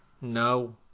No